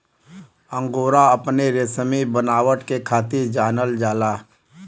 angora अपने रेसमी बनावट के खातिर जानल जाला